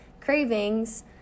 cravings